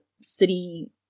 city